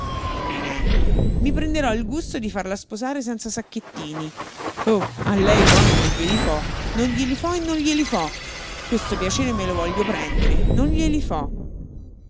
i prenderò il gusto di farla sposare senza sacchettini oh a lei poi non glieli fo non glieli fo e non glieli fo questo piacere me lo voglio prendere non glieli fo